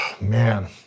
Man